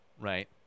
Right